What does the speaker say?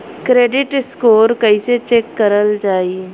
Credit score कइसे check करल जायी?